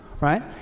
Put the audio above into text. right